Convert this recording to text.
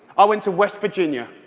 i went to west virginia,